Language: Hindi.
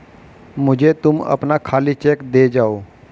मुझे तुम अपना खाली चेक दे जाओ